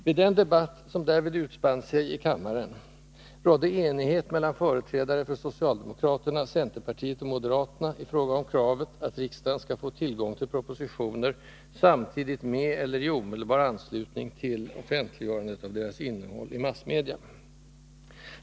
Vid den debatt som därvid utspann sig i kammaren rådde enighet mellan företrädare för socialdemokraterna, centerpartiet och moderaterna i fråga om kravet att riksdagen skall få tillgång till propositioner samtidigt med eller i omedelbar anslutning till offentliggörandet av deras innehåll i massmedia.